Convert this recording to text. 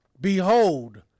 Behold